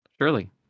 Surely